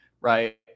right